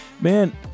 man